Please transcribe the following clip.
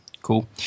cool